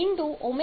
005T2500